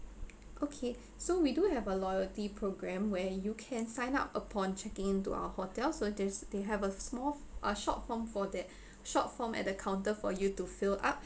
okay so we do have a loyalty program where you can sign up upon checking in our hotel so there's they have a small ah short form for that short form at the counter for you to fill up